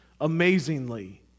amazingly